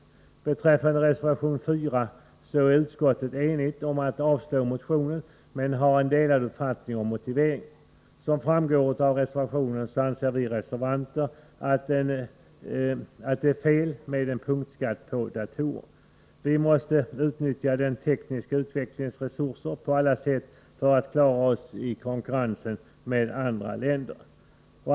Vad beträffar reservation 4 är utskottet enigt om att avstyrka motion 596, men man har en delad uppfattning om motiveringen. Som framgår av reservationen anser vi reservanter att det är fel med en punktskatt på datorer. Vi måste utnyttja den tekniska utvecklingens resurser på alla sätt för att klara oss i konkurrensen med andra länder.